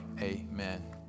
Amen